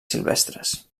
silvestres